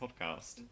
podcast